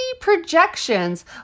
projections